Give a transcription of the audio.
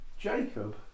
Jacob